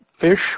fish